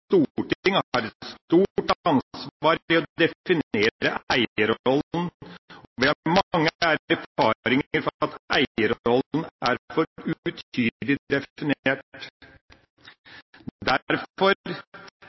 har Stortinget et stort ansvar i å definere eierrollen. Vi har mange erfaringer med at eierrollen er for utydelig